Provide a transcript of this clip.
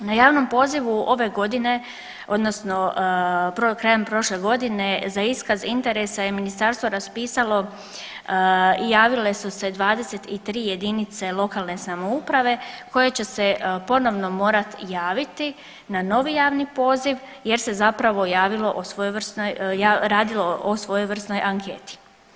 Na javnom pozivu ove godine odnosno krajem prošle godine za iskaz interesa je ministarstvo raspisalo i javile su se 23 jedinice lokalne samouprave koje će se ponovno morati javiti na novi javni poziv jer se zapravo radilo o svojevrsnoj anketi.